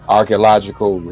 archaeological